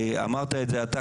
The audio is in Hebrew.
אמרת את זה אתה,